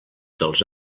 dels